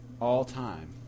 All-time